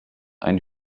einen